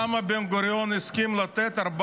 למה בן-גוריון הסכים לתת 400?